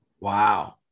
Wow